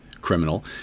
criminal